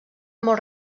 molt